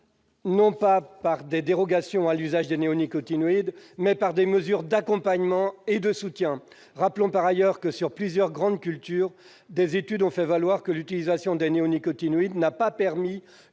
non par des dérogations à l'interdiction des néonicotinoïdes, mais par des mesures d'accompagnement et de soutien. Rappelons par ailleurs que des études réalisées sur plusieurs grandes cultures ont fait valoir que l'utilisation des néonicotinoïdes n'a pas permis